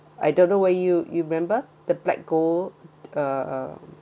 I don't know where you you remember the black gold uh